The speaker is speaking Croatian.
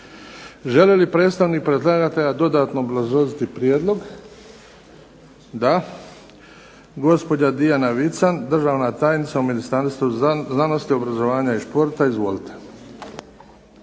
Želi li predstavnik predlagatelja dodatno obrazložiti prijedlog? Da. Gospođa Dijana Vican, državna tajnica u Ministarstvu znanosti, obrazovanja i športa. Izvolite.